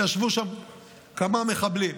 ישבו שם כמה מחבלים.